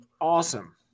Awesome